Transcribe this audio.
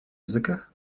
языках